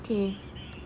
okay